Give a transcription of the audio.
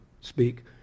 speak